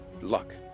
luck